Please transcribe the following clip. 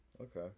Okay